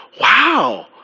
wow